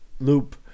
loop